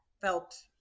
felt